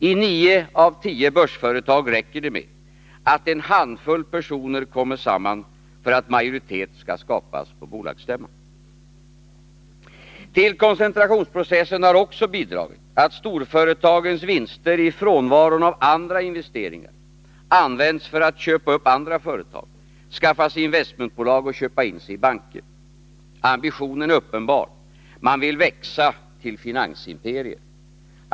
I nio av tio börsföretag räcker det med att en handfull personer kommer samman för att majoritet skall skapas på bolagsstämman. Till koncentrationsprocessen har också bidragit att storföretagens vinster, i frånvaron av andra investeringar, använts för att man skall kunna köpa upp andra företag, skaffa sig investmentbolag och köpa in sig i banker. Ambitionen är uppenbar: de vill växa till finansimperier.